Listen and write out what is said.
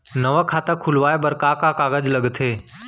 नवा खाता खुलवाए बर का का कागज लगथे?